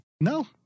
no